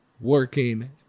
working